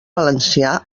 valencià